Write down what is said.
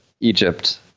Egypt